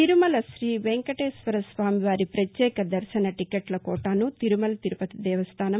తిరుమల శ్రీ వేంకటేశ్వరస్వామివారి పత్యేక దర్భన టికెట్ల కోటాను తిరుమల తిరుపతి దేవస్థానం